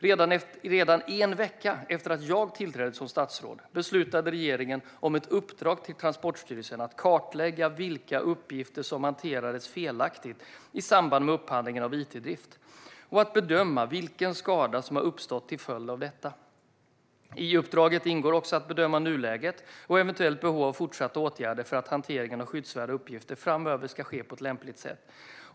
Redan en vecka efter att jag tillträdde som statsråd beslutade regeringen om ett uppdrag till Transportstyrelsen att kartlägga vilka uppgifter som hanterades felaktigt i samband med upphandlingen av it-drift och att bedöma vilken skada som har uppstått till följd av detta. I uppdraget ingår också att bedöma nuläget och eventuellt behov av fortsatta åtgärder för att hanteringen av skyddsvärda uppgifter framöver ska ske på ett lämpligt sätt.